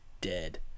dead